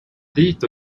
dit